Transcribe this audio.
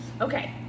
okay